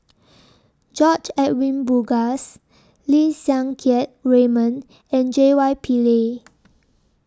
George Edwin Bogaars Lim Siang Keat Raymond and J Y Pillay